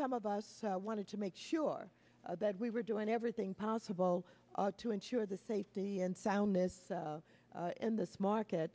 some of us wanted to make sure that we were doing everything possible to ensure the safety and soundness in this market